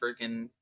freaking